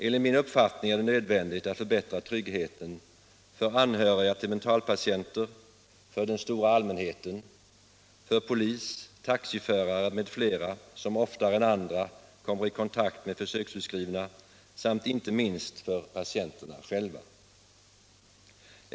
Enligt min uppfattning är det nödvändigt att förbättra tryggheten för de anhöriga till mentalpatienter, för den stora allmänheten, för polis, taxiförare m.fl. som oftare än andra kommer i kontakt med försöksutskrivna, samt inte minst för patienterna själva.